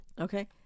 Okay